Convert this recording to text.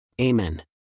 Amen